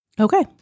Okay